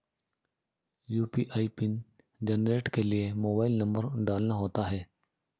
UPI PIN generate के लिए mobile number डालना होता है